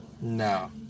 No